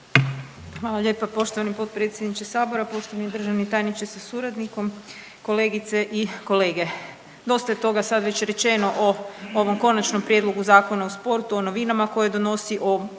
Hvala lijepa poštovani potpredsjedniče sabora Poštovani državni tajniče sa suradnikom, kolegice i kolege, dosta je toga sad već rečeno o ovom Konačnom prijedlogu Zakona o sportu, o novinama koje donosi, o novim